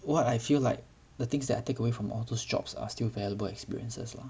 what I feel like the things that I take away from all those jobs are still valuable experiences lah